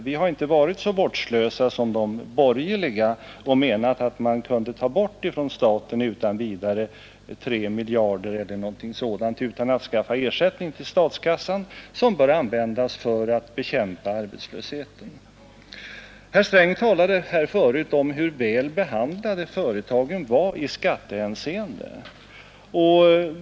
Vi har inte varit så vårdslösa som de borgerliga och menat att man utan vidare kunde ta bort från staten tre miljarder kronor eller något sådant utan att skaffa ersättning till statskassan. Dessa medel bör användas för att bekämpa arbetslösheten. Herr Sträng talade förut om hur väl behandlade företagen var i skattehänseende.